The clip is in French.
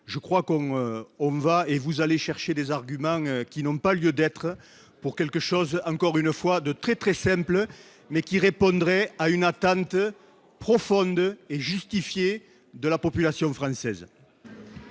je crois qu'on on va et vous allez chercher des arguments qui n'ont pas lieu d'être pour quelque chose, encore une fois, de très très simple mais qui répondrait à une attente profonde et justifiée de la population française.